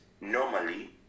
normally